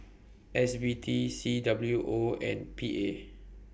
S B T C W O and P A